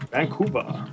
Vancouver